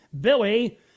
Billy